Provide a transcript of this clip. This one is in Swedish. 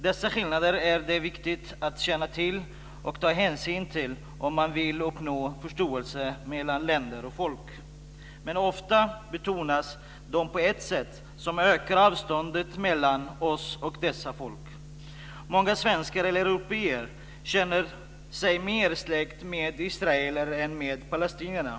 Dessa skillnader är det viktigt att känna till och ta hänsyn till om man vill uppnå förståelse mellan länder och folk. Men ofta betonas de på ett sätt som ökar avståndet mellan oss och dessa folk. Många svenskar och andra européer känner sig mer besläktade med israeler än med palestinierna.